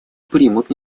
примут